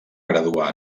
graduar